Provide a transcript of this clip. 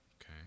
Okay